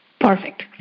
Perfect